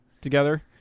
together